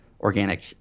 organic